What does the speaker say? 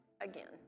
again